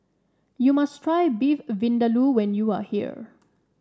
you must try Beef Vindaloo when you are here